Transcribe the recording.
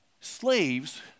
Slaves